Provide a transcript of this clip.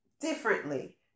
differently